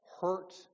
hurt